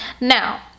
Now